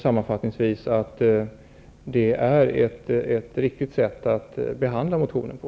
Sammanfattningsvis tycker jag att detta är ett riktigt sätt att behandla motionen på.